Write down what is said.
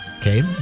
Okay